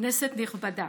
כנסת נכבדה,